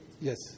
Yes